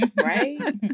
right